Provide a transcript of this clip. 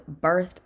birthed